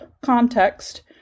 context